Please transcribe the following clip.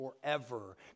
forever